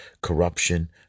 corruption